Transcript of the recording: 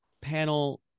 panel